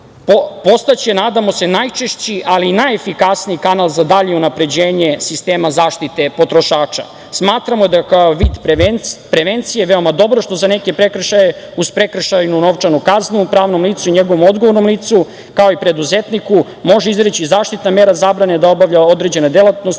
postaće, nadamo se, najčešći ali najefikasniji kanal za dalje unapređenje sistema zaštite potrošača. Smatramo da je kao vid prevencije veoma dobro što za neke prekršaje, uz prekršajnu novčanu kaznu, pravnom licu i njegovom odgovornom licu, kao i preduzetniku, može izreći zaštitna mera zabrane da obavlja određene delatnosti